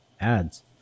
ads